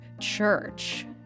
Church